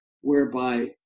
whereby